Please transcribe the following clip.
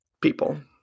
People